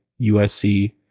USC